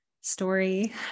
story